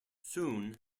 soon